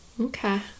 Okay